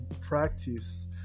practice